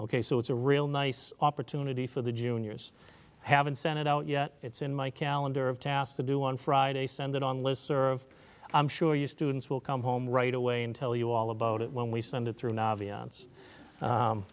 ok so it's a real nice opportunity for the juniors haven't sent it out yet it's in my calendar of task to do on friday send it on list serve i'm sure your students will come home right away and tell you all about it when we send it through